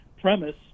premise